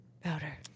powder